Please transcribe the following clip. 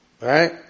Right